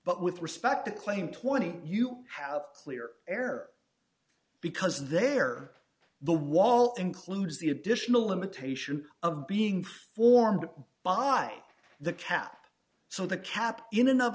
but with respect to claim twenty you have a clear error because there the wall includes the additional limitation of being formed by the cap so the cap in